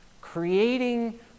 creating